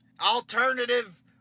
alternative